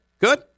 Good